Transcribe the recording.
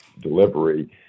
delivery